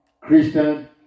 Christian